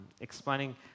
explaining